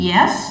Yes